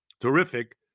Terrific